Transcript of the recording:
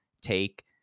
take